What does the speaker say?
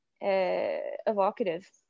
evocative